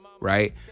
right